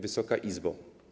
Wysoka Izbo!